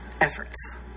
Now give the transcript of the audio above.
efforts